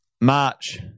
march